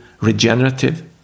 regenerative